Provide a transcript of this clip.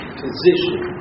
position